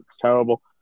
terrible